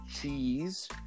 cheese